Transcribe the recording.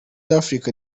african